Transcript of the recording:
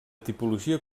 tipologia